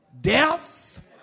Death